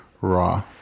raw